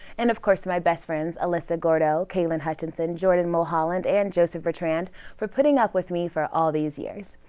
and of course my best friends, alyssa gourdeau, kalyn hutchinson, jordan mulholland and joseph bertrand for putting up with me for all these years.